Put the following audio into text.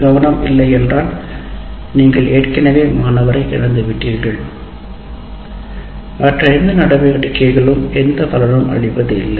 கவனம் இல்லையென்றால் நீங்கள் ஏற்கனவே மாணவரை இழந்துவிட்டீர்கள் மற்ற எந்த நடவடிக்கைகளும் எந்த பலனும் இல்லை